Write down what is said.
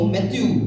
Matthew